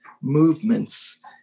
movements